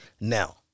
Now